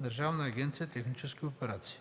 „Държавна агенция „Технически операции“.